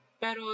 Pero